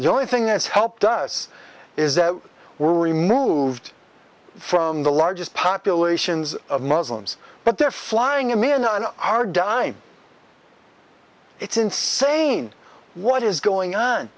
the only thing that's helped us is that we're removed from the largest populations of muslims but they're flying a man on our dime it's insane what is going on